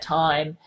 time